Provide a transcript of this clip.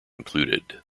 included